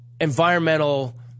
environmental